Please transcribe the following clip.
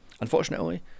Unfortunately